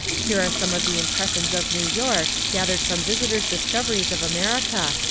here are some of the impressions of new york, gathered from visitors' discoveries of america,